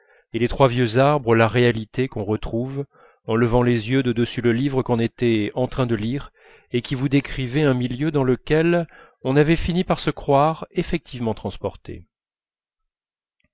et les trois vieux arbres la réalité qu'on retrouve en levant les yeux de dessus le livre qu'on était en train de lire et qui vous décrivait un milieu dans lequel on avait fini par se croire effectivement transporté